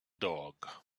dog